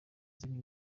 zindi